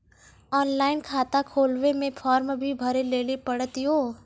Online खाता खोलवे मे फोर्म भी भरे लेली पड़त यो?